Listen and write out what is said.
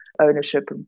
ownership